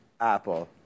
Apple